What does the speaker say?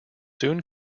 soon